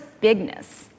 bigness